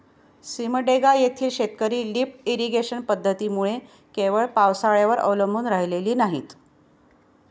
सिमडेगा येथील शेतकरी lift irrigation पद्धतीमुळे केवळ पावसाळ्यावर अवलंबून राहिलेली नाहीत